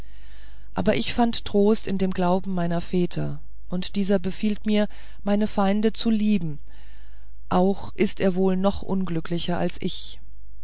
aber ich fand trost in dem glauben meiner väter und dieser befiehlt mir meine feinde zu lieben auch ist er wohl noch unglücklicher als ich